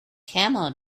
camel